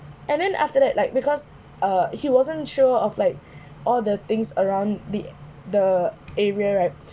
and then after that like because uh he wasn't sure of like all the things around the the area right